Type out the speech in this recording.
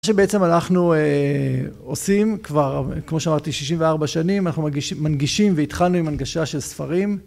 מה שבעצם אנחנו עושים כבר, כמו שאמרתי, 64 שנים, אנחנו מנגישים והתחלנו עם הנגשה של ספרים.